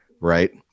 Right